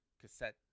cassette